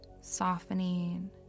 softening